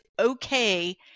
okay